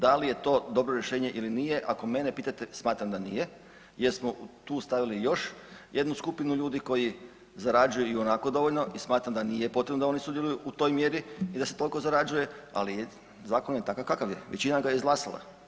Da li je to dobro rješenje ili nije, ako mene pitate, smatram da nije jer smo tu stavili još jednu skupinu ljudi koji zarađuju i onako dovoljno i smatram da nije potrebno da oni sudjeluju u toj mjeri i da se tolko zarađuje, ali zakon je takav, kakav je, većina ga je izglasala.